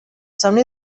somni